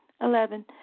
Eleven